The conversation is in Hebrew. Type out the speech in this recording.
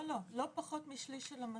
לא, לא, לא פחות משליש של המסך.